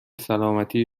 سلامتی